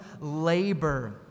labor